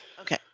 Okay